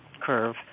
curve